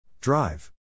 Drive